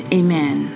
amen